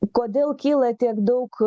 kodėl kyla tiek daug